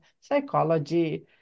psychology